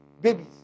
babies